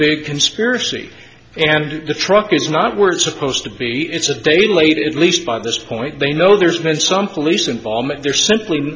big conspiracy and the truck is not weren't supposed to be it's a day late at least by this point they know there's been some police involvement they're simply